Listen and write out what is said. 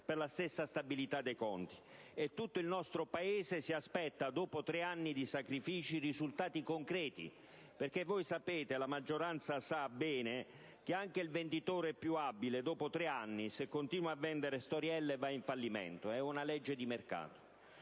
per la stessa stabilità dei conti. E tutto il nostro Paese si aspetta dopo tre anni di sacrifici risultati concreti. Perché la maggioranza sa bene che anche il venditore più abile, dopo tre anni, se continua a vendere storielle, va in fallimento. È una legge di mercato.